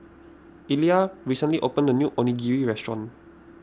Elia recently opened a new Onigiri restaurant